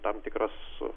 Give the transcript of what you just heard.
tam tikras